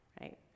right